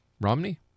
Romney